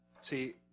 See